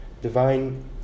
divine